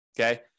Okay